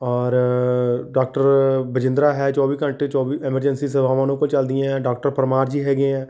ਔਰ ਡਾਕਟਰ ਬਜਿੰਦਰਾ ਹੈ ਚੌਵੀ ਘੰਟੇ ਚੌਵੀ ਐਮਰਜੈਂਸੀ ਸੇਵਾਵਾਂ ਉਨ੍ਹਾਂ ਕੋਲ ਚਲਦੀਆਂ ਡਾਕਟਰ ਪਰਮਾਰ ਜੀ ਹੈਗੇ ਹੈ